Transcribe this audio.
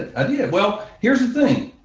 i did. well, here is the thing.